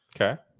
okay